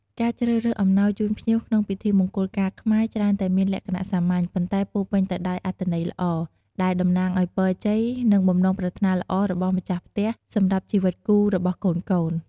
ការជ្រើសរើសអំណោយជូនភ្ញៀវក្នុងពិធីមង្គលការខ្មែរ ច្រើនតែមានលក្ខណៈសាមញ្ញ ប៉ុន្តែពោរពេញទៅដោយអត្ថន័យល្អ ដែលតំណាងឲ្យពរជ័យ និងបំណងប្រាថ្នាល្អរបស់ម្ចាស់ផ្ទះសម្រាប់ជីវិតគូរបស់កូនៗ។